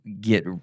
Get